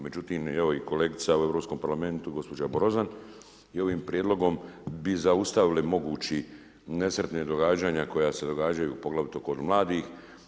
Međutim, evo i kolegica u Europskom parlamentu, gospođa Brozan je ovim prijedlogom bi zaustavili mogući nesretna događanja, koja se događaju poglavito kod mladih.